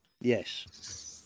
Yes